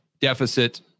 deficit